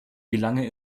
lange